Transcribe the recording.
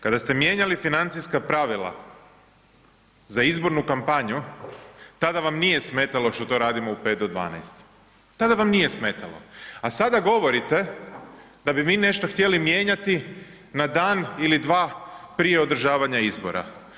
Kada ste mijenjali financijska pravila za izbornu kampanju tada vam nije smetalo što to radimo u 5 do 12, tada vam nije smetalo a sada govorite da bi mi nešto htjeli mijenjati na dan ili dva prije održavanja izbora.